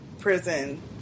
prison